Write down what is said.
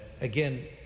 Again